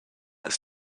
ist